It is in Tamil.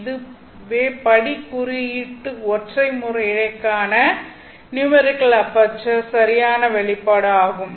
இதுவே படி குறியீட்டு ஒற்றை முறை இழைக்கான நியூமெரிக்கல் அபெர்ச்சர் சரியான வெளிப்பாடு ஆகும்